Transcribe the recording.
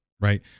right